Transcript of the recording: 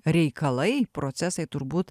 reikalai procesai turbūt